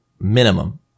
minimum